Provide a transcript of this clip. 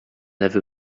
aveu